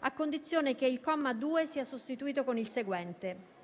a condizione che il comma 2 sia sostituito con il seguente: